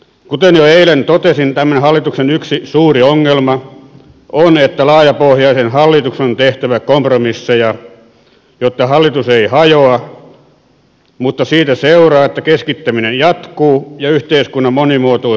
kuten jo eilen totesin tämän hallituksen yksi suuri ongelma on että laajapohjaisen hallituksen on tehtävä kompromisseja jotta hallitus ei hajoa mutta siitä seuraa että keskittäminen jatkuu ja yhteiskunnan monimuotoisuus häviää